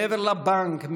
מעבר לבנק,